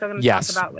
yes